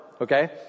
okay